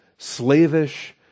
slavish